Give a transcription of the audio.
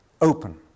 Open